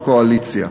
אתה בקואליציה.